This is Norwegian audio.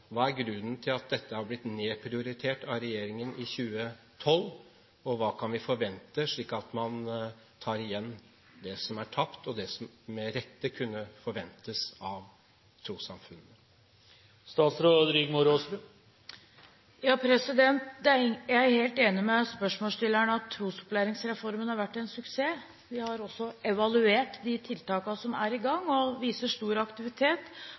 Hva er grunnen til at dette har blitt nedprioritert av regjeringen i 2012? Og hva kan vi forvente, slik at man tar igjen det som er tapt, og det som man – med rette – kunne forvente av trossamfunn? Jeg er helt enig med spørsmålsstilleren i at trosopplæringsreformen har vært en suksess. Vi har også evaluert de tiltakene som er i gang, og det viser stor aktivitet